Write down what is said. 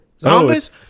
Zombies